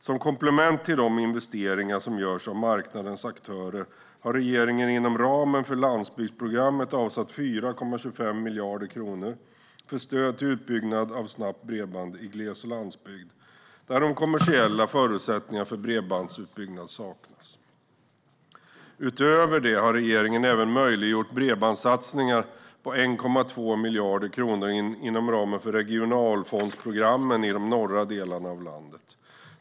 Som komplement till de investeringar som görs av marknadens aktörer har regeringen inom ramen för landsbygdsprogrammet avsatt 4,25 miljarder kronor för stöd till utbyggnad av snabbt bredband i gles och landsbygd där de kommersiella förutsättningarna för bredbandsutbyggnad saknas. Utöver det har regeringen även möjliggjort bredbandssatsningar på 1,2 miljarder kronor inom ramen för regionalfondsprogrammen i de norra delarna av landet.